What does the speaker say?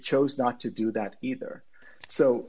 chose not to do that either so